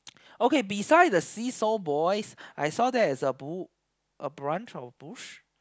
okay beside the see saw boys I saw there is a bu~ a branch or bush